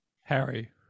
harry